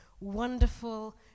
wonderful